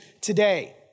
today